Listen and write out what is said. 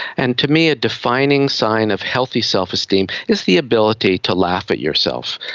and to me a defining sign of healthy self-esteem is the ability to laugh at yourself,